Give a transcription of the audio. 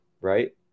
right